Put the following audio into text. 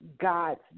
God's